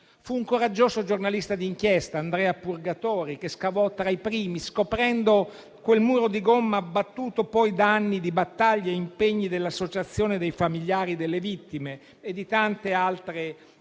Fu un coraggioso giornalista d'inchiesta, Andrea Purgatori, che scavò tra i primi, scoprendo quel muro di gomma abbattuto poi da anni di battaglie e dall'impegno dell'associazione dei familiari delle vittime, di tanti altri protagonisti